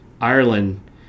Ireland